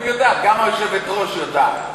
גם היא יודעת, גם היושבת-ראש יודעת.